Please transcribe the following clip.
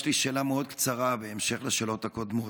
יש לי שאלה מאוד קצרה, בהמשך לשאלות הקודמות: